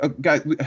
guys